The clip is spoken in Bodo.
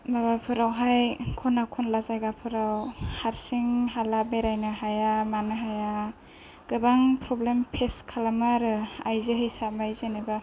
माबाफोराव हाय खना खनला जायगाफोराव हारसिं हाला बेरायनो हाया मानो हाया गोबां फ्रब्लेम फेस खालामो आरो आइजो हिसाबै जेनोबा